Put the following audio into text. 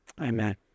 Amen